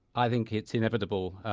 i think it's inevitable,